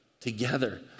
together